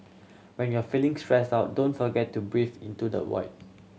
when you are feeling stressed out don't forget to breathe into the void